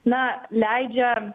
na leidžia